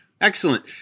Excellent